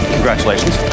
Congratulations